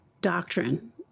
doctrine